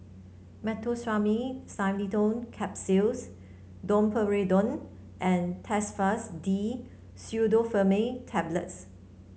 Meteospasmyl Simeticone Capsules Domperidone and Telfast D Pseudoephrine Tablets